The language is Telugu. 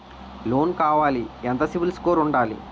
లోన్ కావాలి ఎంత సిబిల్ స్కోర్ ఉండాలి?